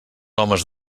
homes